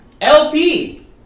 LP